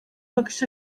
bakış